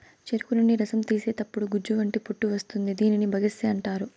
చెరుకు నుండి రసం తీసేతప్పుడు గుజ్జు వంటి పొట్టు వస్తుంది దీనిని బగస్సే అంటారు